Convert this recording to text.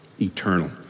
eternal